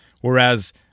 Whereas